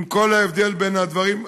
עם כל ההבדל בין הדברים?